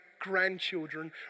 grandchildren